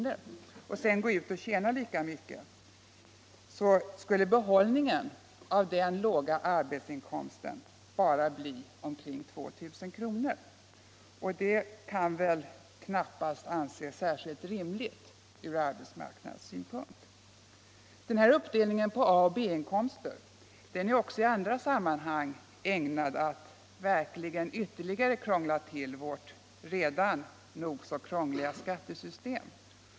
och sedan — Avveckling av s.k. gå ut och tjäna lika mycket, så blir behållningen av den låga arbetsinkomsten = faktisk sambeskattbara omkring 2000 kr. Det kan väl knappast anses särskilt rimligt från — ning arbetsmarknadssynpunkt. Uppdelningen på A och B-inkomster är också i andra sammanhang ägnad att verkligen ytterligare krångla till vårt redan nog så krångliga skattesystem.